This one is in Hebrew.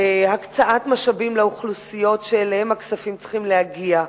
הקצאת משאבים לאוכלוסיות שאליהן הכספים צריכים להגיע.